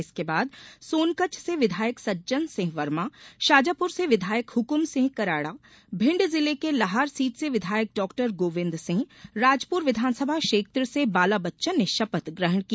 इसके बाद सोनकच्छ से विधायक सज्जन सिंह वर्मा शाजापुर से विधायक हुकुम सिंह कराड़ा भिण्ड जिले के लहार सीट से विधायक डॉक्टर गोविंद सिंह राजपुर विधानसभा क्षेत्र से बालाबच्चन ने शपथ ग्रहण की